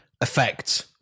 affects